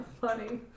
funny